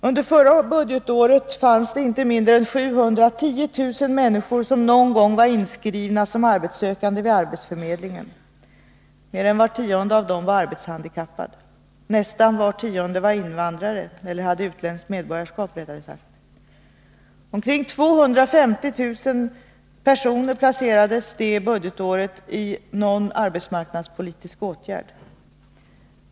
Under förra budgetåret fanns det inte mindre än 710 000 människor som någon gång var inskrivna som arbetssökande vid arbetsförmedlingen. Mer än var tionde av dem var arbetshandikappad. Nästan var tionde var invandrare eller hade utländskt medborgarskap, rättare sagt. Omkring 250 000 personer placerades det budgetåret i någon arbetsmarknadspolitisk åtgärd.